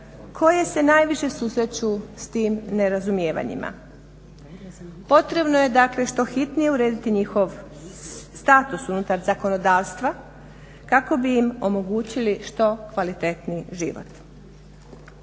koje se najviše susreću s tim nerazumijevanjima. Potrebno je što hitnije urediti njihov status unutar zakonodavstva kako bi im omogućili što kvalitetniji život.